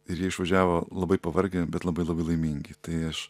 ir jie išvažiavo labai pavargę bet labai labai laimingi tai aš